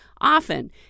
Often